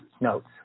notes